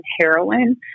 heroin